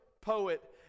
poet